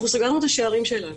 אנחנו סגרנו את השערים שלנו,